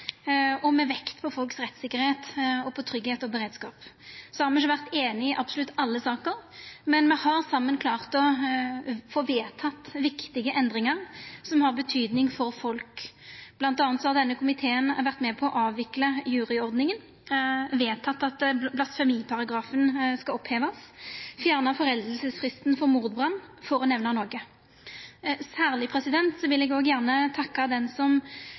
og med vekt på folk si rettssikkerheit og på tryggleik og beredskap. Me har ikkje vore einige i absolutt alle saker, men saman har me klart å få vedteke viktige endringar som har betydning for folk. Blant anna har denne komiteen vore med på å avvikle juryordninga, vedteke at blasfemiparagrafen skal opphevast, og fjerna foreldingsfristen for mordbrann, for å nemna noko. Særleg vil eg òg gjerne takka han som